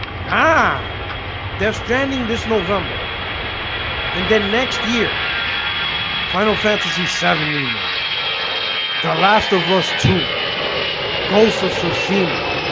nah ah they're stranding this november and then next year final fantasy seven remake the last of us to coast of tsushima